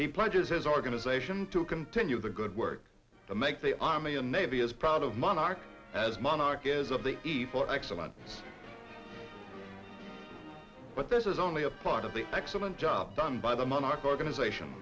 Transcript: he pledges his organization to continue the good work to make the army and navy as proud of monarch as monarch is of the evil excellent but this is only a part of the excellent job done by the monarch organization